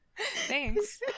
Thanks